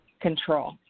control